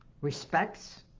respects